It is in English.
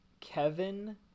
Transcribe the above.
Kevin